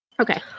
Okay